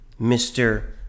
Mr